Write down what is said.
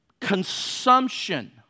consumption